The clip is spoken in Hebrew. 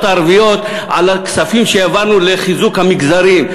הערביות על הכספים שהעברנו לחיזוק המגזרים.